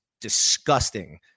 disgusting